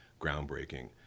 groundbreaking